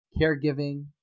caregiving